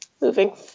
moving